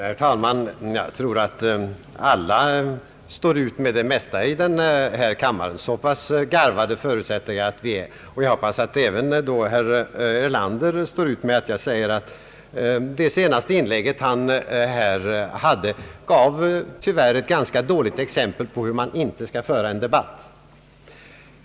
Herr talman! Jag tror att alla här i kammaren står ut med det mesta — så pass garvade förutsätter jag att vi är. Och då hoppas jag att även herr Erlander står ut med att jag säger att hans senaste inlägg tyvärr gav ett ganska belysande exempel på hur man inte skall föra en debatt.